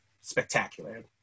spectacular